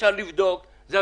אפשר לבדוק את זה,